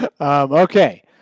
Okay